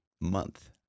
month